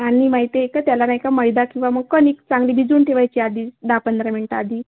आणि माहिती आहे का त्याला नाही का मैदा किंवा मग कणिक चांगली भिजवून ठेवायची आधी दहा पंधरा मिनटं आधी